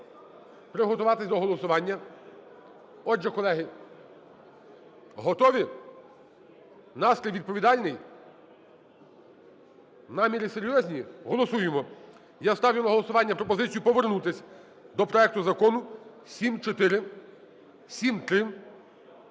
приготуватися до голосування. Отже, колеги, готові? Настрій відповідальний? Наміри серйозні? Голосуємо. Я ставлю на голосування пропозицію повернутися до проекту Закону 7473,